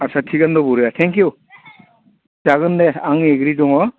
आस्सा थिखआनो दं बरिया थेंक इउ जागोन दे आं एग्रि दङ